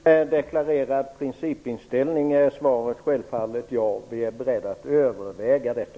Fru talman! I enlighet med deklarerad principinställning är svaret självfallet ja. Vi är beredda att överväga detta.